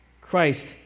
Christ